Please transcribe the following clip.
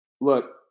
Look